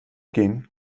gehen